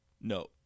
no